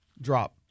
drop